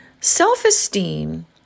Self-esteem